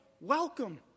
welcome